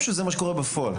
או שזה מה שקורה בפועל?